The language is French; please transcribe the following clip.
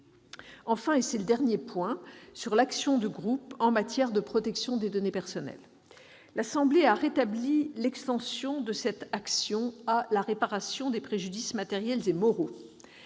Enfin, c'est mon quatrième point, s'agissant de l'action de groupe en matière de protection des données personnelles, l'Assemblée nationale a rétabli l'extension de cette action à la réparation des préjudices matériels et moraux.